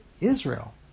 Israel